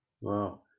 Wow